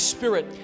Spirit